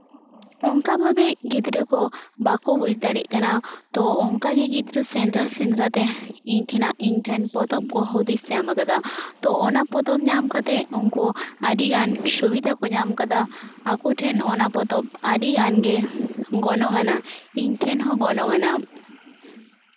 ᱚᱱᱠᱟ ᱵᱷᱟᱵᱮ ᱜᱤᱫᱽᱨᱟᱹ ᱠᱚ ᱵᱟᱠᱚ ᱵᱩᱡᱽ ᱫᱟᱲᱮᱭᱟᱜ ᱠᱟᱱᱟ ᱛᱚ ᱚᱱᱠᱟ ᱜᱮ ᱜᱤᱫᱽᱨᱟᱹ ᱥᱮᱸᱫᱽᱨᱟᱼᱥᱮᱸᱫᱽᱨᱟ ᱛᱮ ᱤᱧ ᱴᱷᱮᱱᱟᱜ ᱤᱧ ᱴᱷᱮᱱ ᱯᱚᱛᱚᱵᱽ ᱠᱚ ᱦᱩᱫᱤᱥ ᱧᱟᱢᱟᱠᱟᱫᱟ ᱛᱚ ᱚᱱᱟ ᱯᱚᱛᱚᱵᱽ ᱧᱟᱢ ᱠᱟᱛᱮᱫ ᱩᱱᱠᱩ ᱟᱹᱰᱤ ᱜᱟᱱ ᱥᱩᱵᱤᱫᱷᱟ ᱠᱚ ᱧᱟᱢᱟᱠᱟᱫᱟ ᱟᱠᱚ ᱴᱷᱮᱱ ᱚᱱᱟ ᱯᱚᱛᱚᱵᱽ ᱟᱹᱰᱤ ᱜᱟᱱ ᱜᱮ ᱜᱚᱱᱚᱝᱟᱱᱟᱜ ᱤᱧ ᱴᱷᱮᱱ ᱦᱚᱸ ᱜᱚᱱᱚᱝᱟᱱᱟᱜ